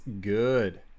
good